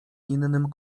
innym